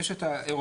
יש את האירופים,